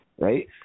Right